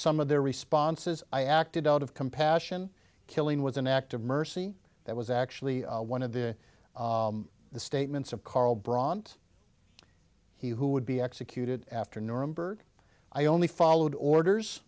some of their responses i acted out of compassion killing was an act of mercy that was actually one of the the statements of karl bronze he who would be executed after nuremberg i only followed orders